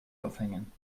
aufhängen